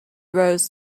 rose